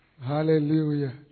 Hallelujah